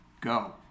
go